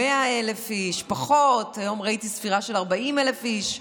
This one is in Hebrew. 100,000, פחות, היום ראיתי ספירה של 40,000 איש.